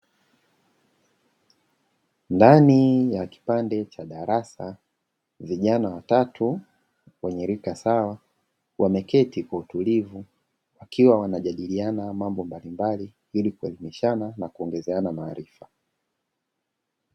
Ndani ya kipande cha darasa vijana watatu wenye rika sawa, wameketi kwa utulivu wakiwa wanajadiliana mambo mbalimbali ili kuelimishana na kuongezeana maarifa.